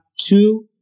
two